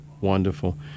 Wonderful